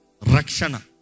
Rakshana